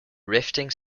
rifting